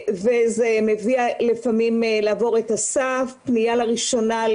ללא שום הגנה ומביא למשברים בלתי נסבלים עד סף של אובדנות,